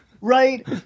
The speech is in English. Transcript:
right